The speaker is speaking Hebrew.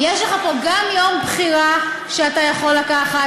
יש לך פה גם יום בחירה שאתה יכול לקחת,